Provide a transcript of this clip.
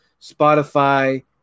Spotify